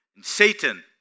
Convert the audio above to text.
Satan